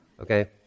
Okay